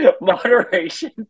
Moderation